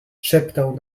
szeptał